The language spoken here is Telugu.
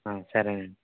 సరే అండి